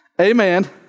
Amen